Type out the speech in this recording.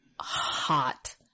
hot